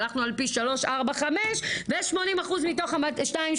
הלכנו על פי 345 ויש 80 אחוז מתוך ה-289,